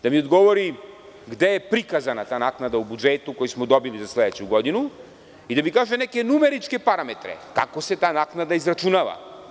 Da mi odgovori gde je prikazana ta naknada u budžetu koji smo dobili za sledeću godinu i da mi kaže neke numeričke parametre kako se ta naknada izračunava.